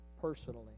personally